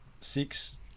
six